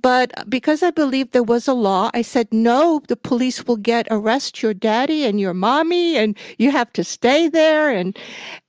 but because i believed there was a law, i said, no, the police would arrest your daddy and your mommy, and you have to stay there. and